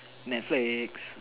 netflix